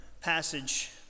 passage